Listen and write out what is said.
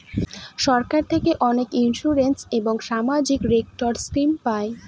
সরকার থেকে অনেক ইন্সুরেন্স এবং সামাজিক সেক্টর স্কিম পায়